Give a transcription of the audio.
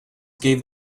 gave